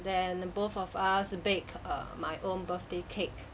then both of us bake err my own birthday cake